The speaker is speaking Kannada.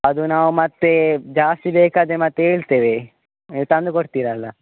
ಅದು ನಾವು ಮತ್ತೆ ಜಾಸ್ತಿ ಬೇಕಾದರೆ ಮತ್ತೆ ಹೇಳ್ತೇವೆ ತಂದುಕೊಡ್ತೀರಲ್ಲ